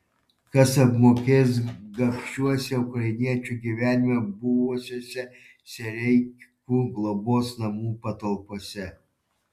kas apmokės gabšiuose ukrainiečių gyvenimą buvusiuose sereikų globos namų patalpose